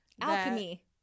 Alchemy